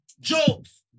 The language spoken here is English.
jokes